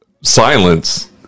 silence